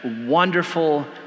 wonderful